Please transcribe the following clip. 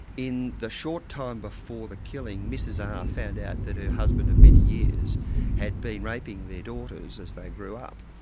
in the short time before the killing, mrs r found out that her husband of many years had been raping their daughters as they grew up.